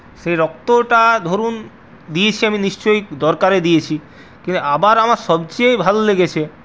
সেই রক্তটা ধরুন দিয়েছি আমি নিশ্চয়ই দরকারে দিয়েছি আবার আমার সবচেয়ে ভাল লেগেছে